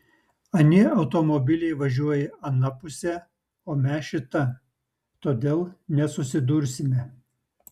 anie automobiliai važiuoja ana puse o mes šita todėl nesusidursime